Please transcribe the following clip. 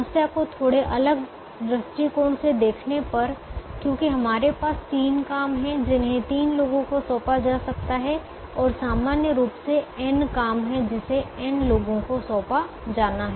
समस्या को थोड़े अलग दृष्टिकोण से देखने पर क्योंकि हमारे पास तीन काम हैं जिन्हें तीन लोगों को सौंपा जा सकता है और सामान्य रूप मे n काम है जिसे n लोगों को सौंपा जाना है